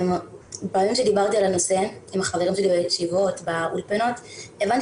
בפעמים שדיברתי על הנושא עם החברים שלי בישיבות ובאולפנות הבנתי